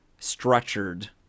structured